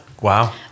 wow